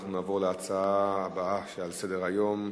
אנחנו נעבור להצעה הבאה שעל סדר-היום,